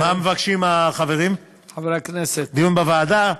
מה מבקשים החברים, דיון בוועדה?